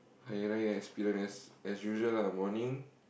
Hari Raya experience as usual lah morning